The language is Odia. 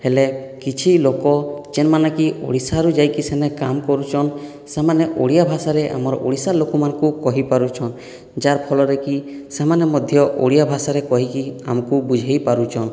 ହେଲେ କିଛି ଲୋକ ଯେନ୍ମାନେ କି ଓଡ଼ିଶାରୁ ଯାଇକି ସେନେ କାମ୍ କରୁଛନ୍ ସେମାନେ ଓଡ଼ିଆ ଭାଷାରେ ଆମର ଓଡ଼ିଶା ଲୋକମାନଙ୍କୁ କହି ପାରୁଛନ୍ ଯାର୍ଫଳରେ କି ସେମାନେ ମଧ୍ୟ ଓଡ଼ିଆ ଭାଷାରେ କହିକି ଆମକୁ ବୁଝେଇ ପାରୁଛନ୍